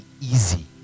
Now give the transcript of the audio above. easy